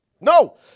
no